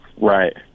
Right